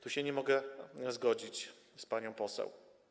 Tu się nie mogę zgodzić z panią poseł.